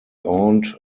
aunt